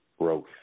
growth